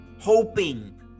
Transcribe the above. hoping